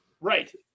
Right